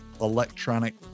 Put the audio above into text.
electronic